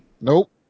nope